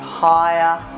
higher